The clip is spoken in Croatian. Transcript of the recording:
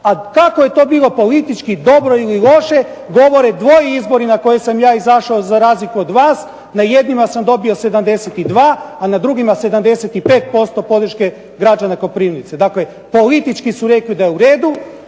a kako je to bilo politički dobro ili loše, govore dvoji izbori na koje sam ja izašao za razliku od vas. Na jednima sam dobio 72, a na drugima 75% podrške građana Koprivnice. Dakle, politički su rekli da je uredu,